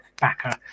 backer